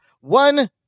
One